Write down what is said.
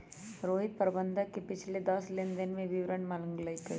रोहित प्रबंधक से पिछले दस लेनदेन के विवरण मांगल कई